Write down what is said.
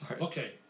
Okay